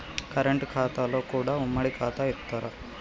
Current ఖాతాలో కూడా ఉమ్మడి ఖాతా ఇత్తరా?